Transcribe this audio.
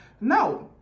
no